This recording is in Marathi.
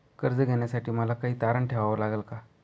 कर्ज घेण्यासाठी मला काही तारण ठेवावे लागेल का?